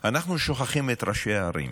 אנחנו שוכחים את ראשי הערים.